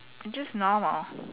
just normal